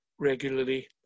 regularly